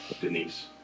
Denise